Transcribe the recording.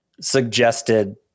suggested